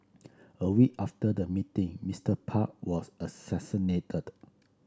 a week after the meeting Mister Park was assassinated